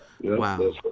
Wow